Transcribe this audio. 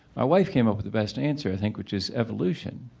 ah wife came up with the best answer i think which is evolution,